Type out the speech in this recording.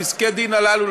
פסקי-הדין הללו,